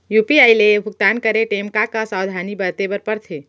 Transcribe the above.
UPI ले भुगतान करे टेम का का सावधानी बरते बर परथे